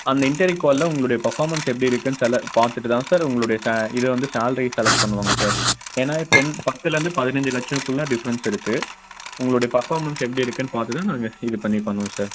அந்த இன்டர்வியூ காலைல உங்களுடைய பர்ஃபார்மன்ஸ் எப்படி இருக்குன்னு செல பார்த்துட்டு தான் சார் உங்களுடைய சே இதை வந்து சேலரி செலக்ட் பண்ணுவாங்க சார் ஏன்னால் டென் பத்துலேந்து பதினைஞ்சி லட்சக்குள்ளே டிஃப்ரெண்ட்ஸ் இருக்குது உங்களோடய பர்ஃபார்மன்ஸ் எப்படி இருக்குன்னு பார்த்து தான் நாங்கள் ஸ் இது பண்ணி பண்ணுவோம் சார்